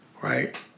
right